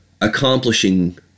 Accomplishing